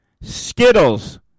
Skittles